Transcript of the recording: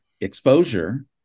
exposure